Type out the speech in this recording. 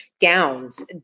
gowns